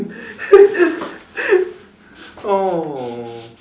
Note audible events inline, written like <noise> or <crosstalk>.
<laughs> !aww!